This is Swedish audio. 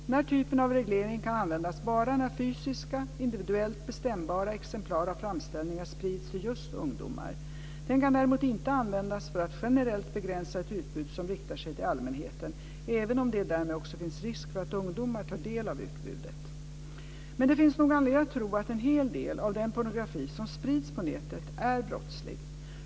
Denna typ av reglering kan användas bara när fysiska, individuellt bestämbara, exemplar av framställningar sprids till just ungdomar. Den kan däremot inte användas för att generellt begränsa ett utbud som riktar sig till allmänheten, även om det därmed också finns risk för att ungdomar tar del av utbudet. Men det finns nog anledning att tro att en hel del av den pornografi som sprids på nätet är brottslig.